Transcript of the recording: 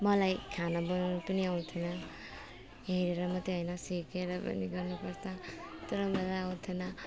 मलाई खाना बनाउनु पनि आउँथेन हेरेर मात्रै होइन सिकेर पनि गर्नुपर्छ तर मलाई आउँथेन